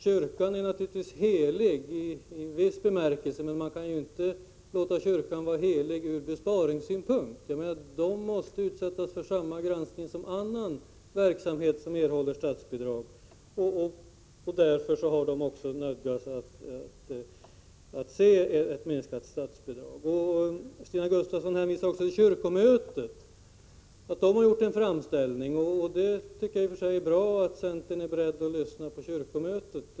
Kyrkan är naturligtvis helig i viss bemärkelse, men man kan ju inte låta kyrkan vara helig från besparingssynpunkt — den måste utsättas för samma granskning som annan verksamhet som man får statsbidrag till. Därför har man också inom kyrkan nödgats se ett minskat statsbidrag. Stina Gustavsson hänvisade också till att kyrkomötet gjort en framställning. I och för sig är det bra att centerpartiet är berett att lyssna på kyrkomötet.